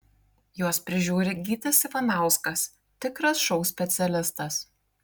juos prižiūri gytis ivanauskas tikras šou specialistas